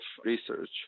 research